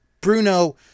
bruno